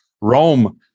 Rome